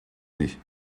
nicht